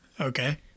Okay